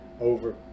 over